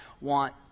want